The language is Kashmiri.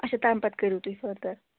اَچھا تَمہِ پتہٕ کٔرِو تۄہہِ فٔردر